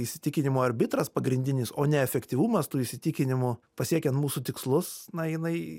įsitikinimo arbitras pagrindinis o ne efektyvumas tų įsitikinimų pasiekia mūsų tikslus na jinai